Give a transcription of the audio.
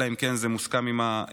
אלא אם כן זה מוסכם עם האופוזיציה.